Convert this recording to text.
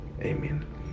Amen